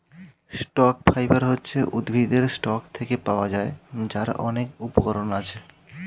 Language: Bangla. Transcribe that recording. স্টক ফাইবার হচ্ছে উদ্ভিদের স্টক থেকে পাওয়া যায়, যার অনেক উপকরণ আছে